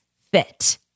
fit